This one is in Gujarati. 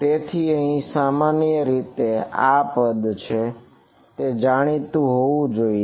તેથી સામાન્ય રીતે આ તે પદ છે જે જાણીતું હોવું જોઈએ